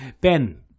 Ben